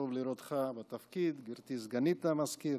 טוב לראותך בתפקיד, גברתי סגנית המזכיר,